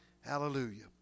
Hallelujah